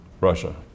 Russia